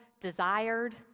desired